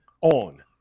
on